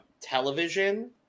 television